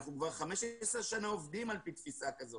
שאנחנו כבר 15 שנה עובדים על פי תפיסה כזאת.